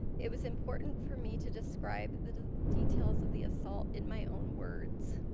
it was important for me to describe the details of the assault in my own words.